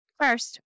First